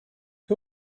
who